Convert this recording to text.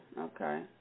Okay